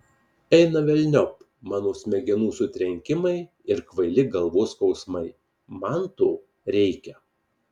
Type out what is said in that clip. eina velniop mano smegenų sutrenkimai ir kvaili galvos skausmai man to reikia